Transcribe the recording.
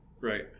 Right